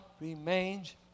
remains